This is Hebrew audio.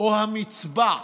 או המצבע,